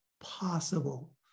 possible